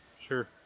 sure